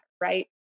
right